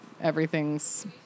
everything's